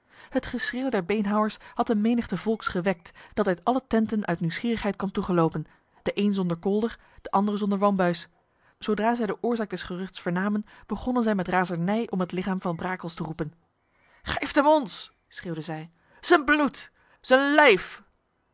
het geschreeuw der beenhouwers had een menigte volks gewekt dat uit alle tenten uit nieuwsgierigheid kwam toegelopen de een zonder kolder de andere zonder wambuis zodra zij de oorzaak des geruchts vernamen begonnen zij met razernij om het lichaam van brakels te roepen geeft hem ons schreeuwden zij zijn bloed zijn lijf